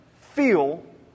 feel